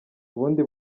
ubundi